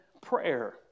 prayer